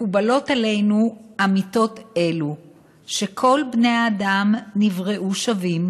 מקובלות עלינו אמיתות אלו שכל בני האדם נבראו שווים